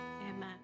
Amen